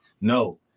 No